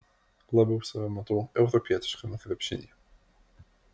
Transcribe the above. labiau save matau europietiškame krepšinyje